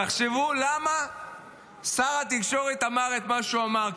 תחשבו למה שר התקשורת אמר את מה שהוא אמר,